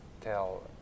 tell